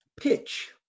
pitch